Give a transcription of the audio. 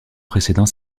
précédant